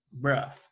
bruh